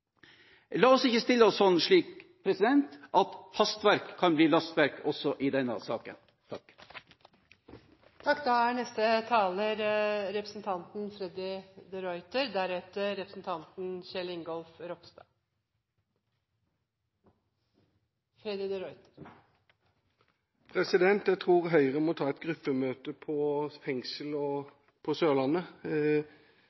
La oss ikke stille oss slik at hastverk blir lastverk også i denne saken. Jeg tror Høyre må ta et gruppemøte om fengsel på